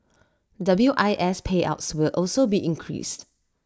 W I S payouts will also be increased